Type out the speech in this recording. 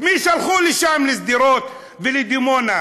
את מי שלחו לשם, לשדרות ולדימונה?